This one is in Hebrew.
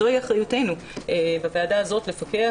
זו אחריותנו בוועדה הזאת לפקח,